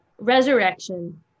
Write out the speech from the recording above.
resurrection